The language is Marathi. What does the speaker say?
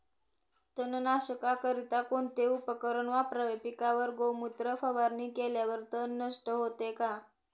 तणनाशकाकरिता कोणते उपकरण वापरावे? पिकावर गोमूत्र फवारणी केल्यावर तण नष्ट होते का?